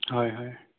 হয় হয়